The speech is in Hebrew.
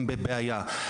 הם בבעיה.